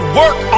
work